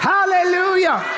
Hallelujah